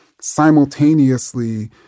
simultaneously